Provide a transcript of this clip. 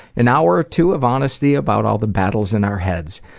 an hour or two of honesty about all the battles in our heads.